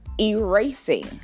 erasing